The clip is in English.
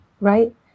right